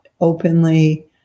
openly